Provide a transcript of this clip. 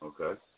okay